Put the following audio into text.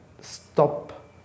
stop